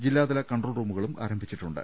ജില്ലാതല കൺട്രോൾ റൂമുകളും ആരംഭിച്ചിട്ടുണ്ട്